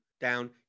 down